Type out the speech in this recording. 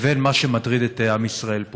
לבין מה שמטריד את עם ישראל.